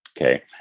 Okay